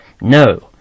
No